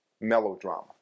Melodrama